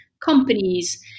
companies